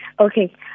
Okay